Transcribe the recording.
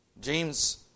James